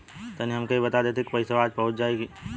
तनि हमके इ बता देती की पइसवा आज पहुँच जाई?